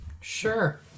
Sure